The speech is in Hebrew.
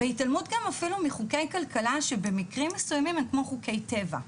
והתעלמות גם אפילו מחוקי כלכלה שבמקרים מסוימים הם כמו חוקי טבע.